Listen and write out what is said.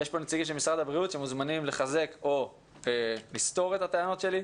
ויש פה נציגים של משרד הבריאות שמוזמנים לחזק או לסתור את הטענות שלי.